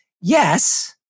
yes